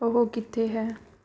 ਉਹ ਕਿੱਥੇ ਹੈ